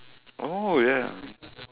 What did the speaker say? oh ya